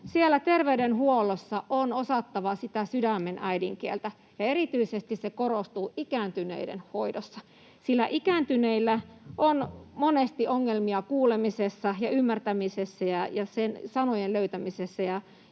terveydenhuollossa on osattava sitä sydämen äidinkieltä, ja erityisesti se korostuu ikääntyneiden hoidossa, sillä ikääntyneillä on monesti ongelmia kuulemisessa ja ymmärtämisessä ja sanojen löytämisessä.